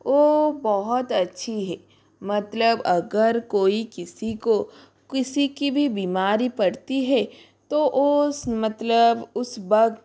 वह बहुत अच्छी है मतलब अगर कोई किसी को किसी की भी बीमारी पड़ती है तो उस मतलब उस वक़्त